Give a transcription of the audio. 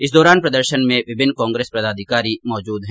इस दौरान प्रदर्शन में विभिन्न कांग्रे स पदाधिकारी मौजूद है